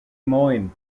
moines